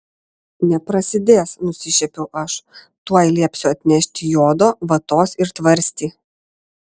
neprasidės nusišiepiau aš tuoj liepsiu atnešti jodo vatos ir tvarstį